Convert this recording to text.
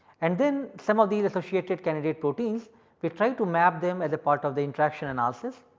and then some of these associated candidate proteins we tried to map them as a part of the interaction analysis.